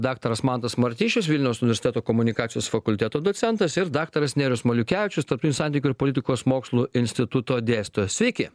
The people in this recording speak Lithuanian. daktaras mantas martišius vilniaus universiteto komunikacijos fakulteto docentas ir daktaras nerijus maliukevičius tarptinių santykių ir politikos mokslų instituto dėstojas sveiki